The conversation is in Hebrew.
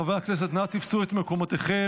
חברי הכנסת, נא תפסו את מקומותיכם.